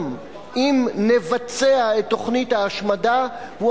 אם נבצע את תוכנית ההשמדה נגד היהודים,